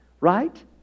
Right